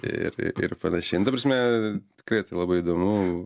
ir ir ir panašiai nu ta prasme tikrai tai labai įdomu